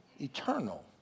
eternal